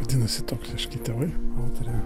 vadinasi toksiški tėvai nutarė